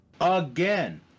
again